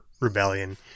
rebellion